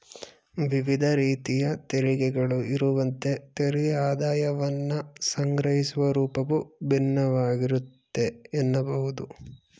ವಿವಿಧ ರೀತಿಯ ತೆರಿಗೆಗಳು ಇರುವಂತೆ ತೆರಿಗೆ ಆದಾಯವನ್ನ ಸಂಗ್ರಹಿಸುವ ರೂಪವು ಭಿನ್ನವಾಗಿರುತ್ತೆ ಎನ್ನಬಹುದು